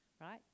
right